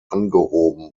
angehoben